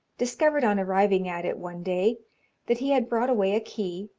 discovered on arriving at it one day that he had brought away a key,